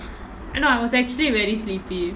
and I was actually very sleepy